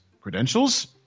Credentials